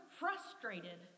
frustrated